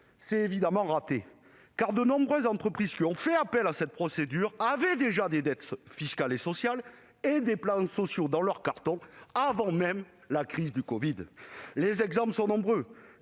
C'est évidemment raté, car de nombreuses entreprises qui ont fait appel à cette procédure avaient déjà des dettes fiscales et sociales et des plans sociaux dans les cartons avant même la crise de la covid. Les exemples sont nombreux